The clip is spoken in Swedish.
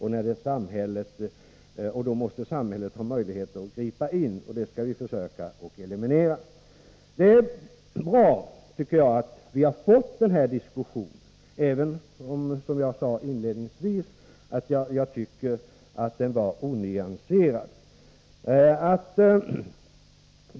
I sådana fall måste samhället ha möjlighet att gripa in. Det är bra att vi har fått den här diskussionen, även om den — som jag sade inledningsvis — enligt min mening har varit onyanserad.